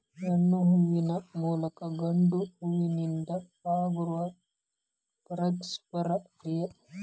ಹೆಣ್ಣು ಹೂವಿನ ಮೂಲಕ ಗಂಡು ಹೂವಿನೊಂದಿಗೆ ಆಗುವ ಪರಾಗಸ್ಪರ್ಶ ಕ್ರಿಯೆ